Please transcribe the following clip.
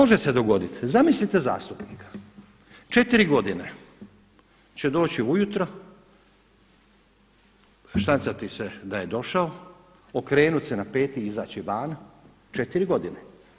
Može se dogoditi, zamislite zastupnika četiri godine će doći ujutro, štancati se da je došao okrenuti se na peti i izaći van, četiri godine.